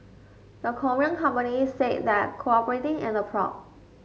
the Korean companies said that cooperating in the probe